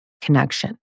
connection